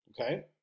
Okay